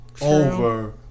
over